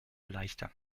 leichter